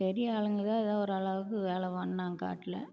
பெரிய ஆளுங்கள்தான் ஏதோ ஓரளவுக்கு வேலை பண்ணிணாங்க காட்டில்